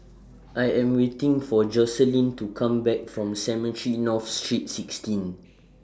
I Am waiting For Jocelyne to Come Back from Cemetry North Street sixteen